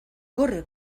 corre